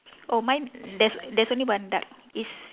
oh mine there's there's only one duck it's